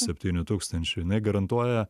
septynių tūkstančių jinai garantuoja